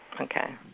Okay